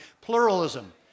pluralism